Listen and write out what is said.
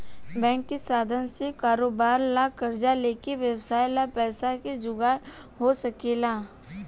bank के साधन से कारोबार ला कर्जा लेके व्यवसाय ला पैसा के जुगार हो सकेला